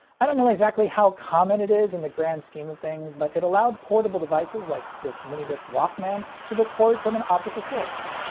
i don't know exactly how common it is in the grand scheme of things, but it allowed portable devices like this minidisc walkman to record from an optical source.